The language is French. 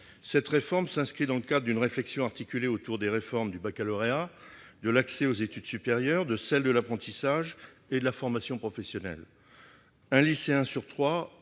Cette réforme s'inscrit dans le cadre d'une réflexion articulée autour des réformes du baccalauréat, de l'accès aux études supérieures, de l'apprentissage et de la formation professionnelle. Il faut savoir